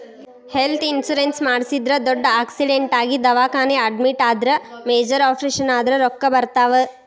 health insurance ಮಾಡಿಸಿದ್ರ ದೊಡ್ಡ್ accident ಆಗಿ ದವಾಖಾನಿ ಅಡ್ಮಿಟ್ ಆದ್ರ ಮೇಜರ್ ಆಪರೇಷನ್ ಆದ್ರ ರೊಕ್ಕಾ ಬರ್ತಾವ